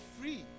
free